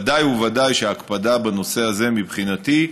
ודאי וודאי שההקפדה בנושא הזה, מבחינתי,